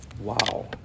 Wow